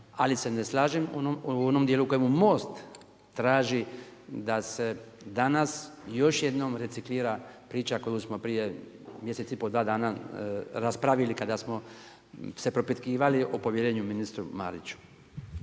ali se ne slažem u onom dijelu u kojemu MOST traži da se danas i još jednom reciklira priča koju smo prije mjesec i pol, dva dana raspravili kada smo se propitkivali o povjerenju ministru Mariću.